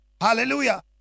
Hallelujah